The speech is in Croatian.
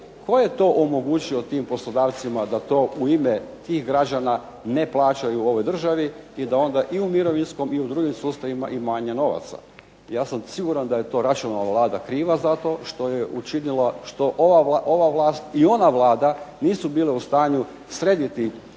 Tko je to omogućio tim poslodavcima da to u ime tih građana ne plaćaju ovoj državi i da onda i u mirovinskom i u drugim sustavima ima manje novaca. Ja sam siguran da je to Račanova vlada kriva za to zašto što je učinila što ova vlast i ona Vlada nisu bile u stanju srediti